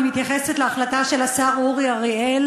אני מתייחסת להחלטה של השר אורי אריאל